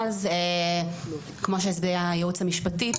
כמו שהסביר הייעוץ המשפטי,